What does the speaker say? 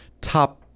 top